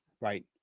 Right